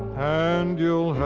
and you'll have